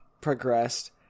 progressed